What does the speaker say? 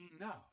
enough